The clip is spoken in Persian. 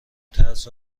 ترس